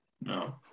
No